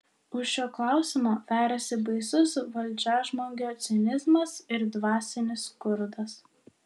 už šio klausimo veriasi baisus valdžiažmogio cinizmas ir dvasinis skurdas